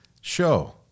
show